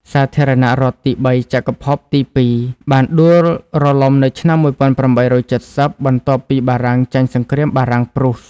សាធារណរដ្ឋទីបីចក្រភពទីពីរបានដួលរលំនៅឆ្នាំ ១៨៧០ បន្ទាប់ពីបារាំងចាញ់សង្គ្រាមបារាំង ព្រុស ។